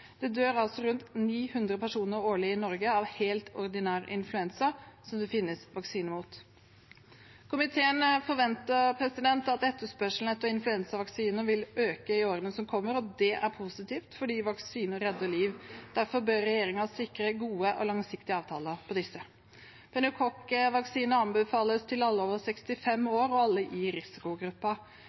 Det dør rundt 900 personer årlig i Norge av helt ordinær influensa, som det finnes vaksine mot. Komiteen forventer at etterspørselen etter influensavaksine vil øke i årene som kommer, og det er positivt, for vaksine redder liv. Derfor bør regjeringen sikre gode og langsiktige avtaler om disse. Pneumokokkvaksine anbefales til alle over 65 år og alle i